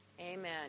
Amen